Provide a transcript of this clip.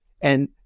And-